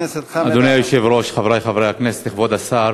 אדוני היושב-ראש, חברי חברי הכנסת, כבוד השר,